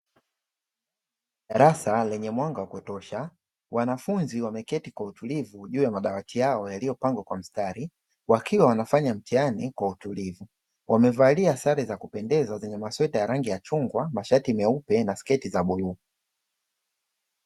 Darasa lenye mwanga wa kutosha, wanafunzi wameketi kwa utulivu juu ya madawati yao yaliyopangwa kwa mstari. Wakiwa wanafanya mtihani kwa utulivu, wamevalia sare za kupendeza zenye masweta yenye rangi ya chungwa, na mashati meupe ,na sketi za bluu.